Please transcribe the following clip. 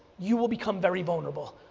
you will become very vulnerable.